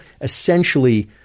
essentially